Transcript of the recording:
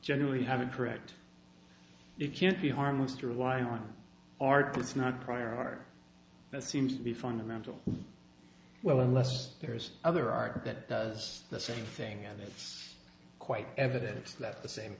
generally having correct you can't be harmless to rely on art it's not prior art that seems to be fundamental well unless there's other art that does the same thing and it's quite evident that the same